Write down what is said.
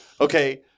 Okay